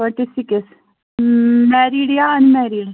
twenty six married یا اَن married